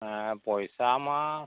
ᱦᱮᱸ ᱯᱚᱭᱥᱟ ᱢᱟ